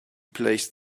placed